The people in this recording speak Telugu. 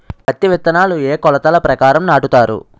పత్తి విత్తనాలు ఏ ఏ కొలతల ప్రకారం నాటుతారు?